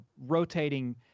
rotating